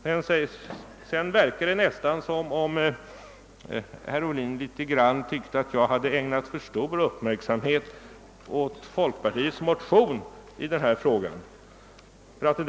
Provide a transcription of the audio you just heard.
Det verkade nästan som om herr Ohlin tyckte att jag hade ägnat för stor uppmärksamhet åt folkpartiets motion i detta ärende.